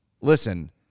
listen